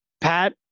Pat